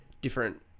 different